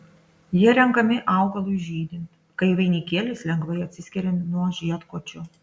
jie renkami augalui žydint kai vainikėlis lengvai atsiskiria nuo žiedkočio